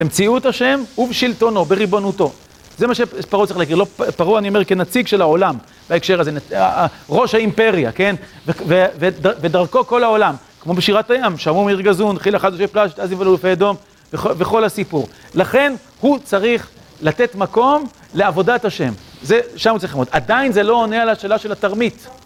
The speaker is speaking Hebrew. במציאות השם, ובשלטונו, בריבונותו. זה מה שפרעה צריך להגיד. פרעה אני אומר כנציג של העולם בהקשר הזה, ראש האימפריה, כן, ודרכו כל העולם, כמו בשירת הים, שמעו עמים ירגזון, חיל אחז יושבי פלשת, אז נבהלו אלופי אדום, וכל הסיפור. לכן הוא צריך לתת מקום לעבודת השם, שם הוא צריך לעמוד, עדיין זה לא עונה על השאלה של התרמית